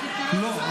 לא,